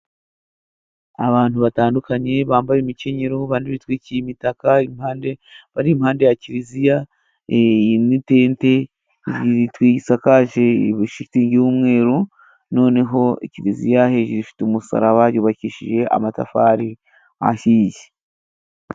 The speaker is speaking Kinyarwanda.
Abantu batandukanye bambaye imikinyero abandi bitwikiye imitaka, impande bari impande ya kiliziya, iyi ni tente isakaje ishitingi y'umweru, noneho kiliziya hejuru ifite umusaraba, yubakishije amatafari ahiye.